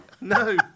No